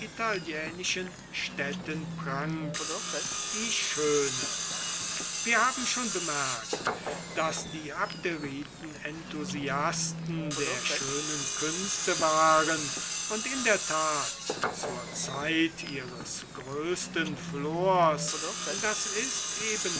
italiänischen städten prangt die schöne wir haben schon bemerkt daß die abderiten enthusiasten der schönen künste waren und in der tat zur zeit ihres größten flors das ist eben